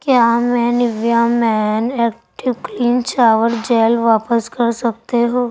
کیا میں Nivea men active clean shower gel واپس کر سکتے ہو